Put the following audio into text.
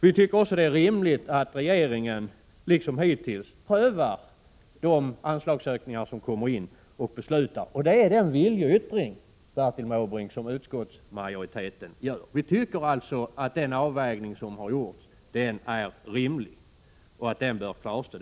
Vi finner det också rimligt att regeringen liksom hittills prövar de ansökningar om anslag som kommer in och fattar beslut om dem. Det är utskottsmajoritetens viljeyttring, Bertil Måbrink. Vi anser att den avvägning som har gjorts är rimlig och bör kvarstå.